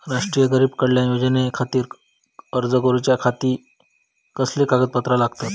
राष्ट्रीय गरीब कल्याण योजनेखातीर अर्ज करूच्या खाती कसली कागदपत्रा लागतत?